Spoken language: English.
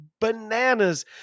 bananas